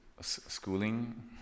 schooling